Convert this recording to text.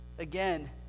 Again